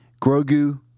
Grogu